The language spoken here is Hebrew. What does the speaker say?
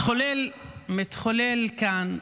מתחולל כאן,